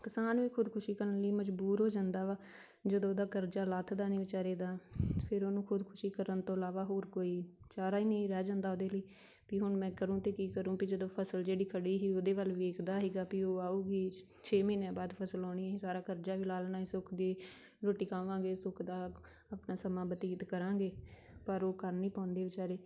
ਕਿਸਾਨ ਵੀ ਖੁਦਕੁਸ਼ੀ ਕਰਨ ਲਈ ਮਜ਼ਬੂਰ ਹੋ ਜਾਂਦਾ ਵਾ ਜਦੋਂ ਉਹਦਾ ਕਰਜ਼ਾ ਲੱਥਦਾ ਨਹੀਂ ਵਿਚਾਰੇ ਦਾ ਫਿਰ ਉਹਨੂੰ ਖੁਦਕੁਸ਼ੀ ਕਰਨ ਤੋਂ ਇਲਾਵਾ ਹੋਰ ਕੋਈ ਚਾਰਾ ਹੀ ਨਹੀਂ ਰਹਿ ਜਾਂਦਾ ਉਹਦੇ ਲਈ ਵੀ ਹੁਣ ਮੈਂ ਕਰੂੰ ਤਾਂ ਕੀ ਕਰੂੰ ਵੀ ਜਦੋਂ ਫ਼ਸਲ ਜਿਹੜੀ ਖੜ੍ਹੀ ਸੀ ਉਹਦੇ ਵੱਲ ਵੇਖਦਾ ਸੀਗਾ ਵੀ ਉਹ ਆਉਗੀ ਛੇ ਮਹੀਨਿਆਂ ਬਾਅਦ ਫ਼ਸਲ ਆਉਣੀ ਸੀ ਸਾਰਾ ਕਰਜ਼ਾ ਵੀ ਲਾਹ ਦੇਣਾ ਸੁੱਖ ਦੀ ਰੋਟੀ ਖਾਵਾਂਗੇ ਸੁੱਖ ਦਾ ਆਪਣਾ ਸਮਾਂ ਬਤੀਤ ਕਰਾਂਗੇ ਪਰ ਉਹ ਕਰ ਨਹੀਂ ਪਾਉਂਦੇ ਵਿਚਾਰੇ